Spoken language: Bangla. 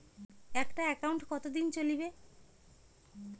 একটা একাউন্ট কতদিন চলিবে?